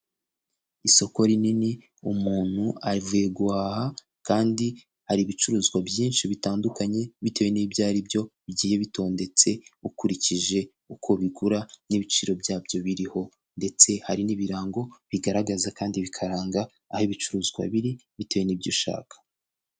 Isoko rinini, umuntu avuye guhaha kandi hari ibicuruzwa byinshi bitandukanye bitewe n'ibyo ari byo. Bigiye bitondetse ukurikije uko bigura n'ibiciro byabyo biriho; ndetse hari n'ibirango bigaragaza kandi bikaranga aho ibicuruzwa biri, bitewe n'ibyo ushaka.